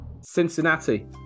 Cincinnati